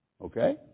Okay